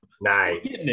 Nice